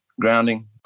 grounding